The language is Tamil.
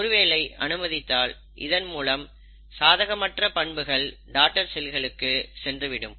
ஒருவேளை அனுமதித்தால் இதன் மூலம் சாதகமற்ற பண்புகள் டாடர் செல்களுக்கு சென்றுவிடும்